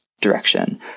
direction